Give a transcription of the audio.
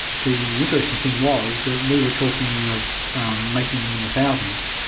the interesting thing was that we were talking of making them in the thousands.